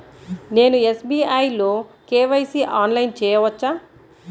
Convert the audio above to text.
నేను ఎస్.బీ.ఐ లో కే.వై.సి ఆన్లైన్లో చేయవచ్చా?